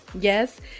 Yes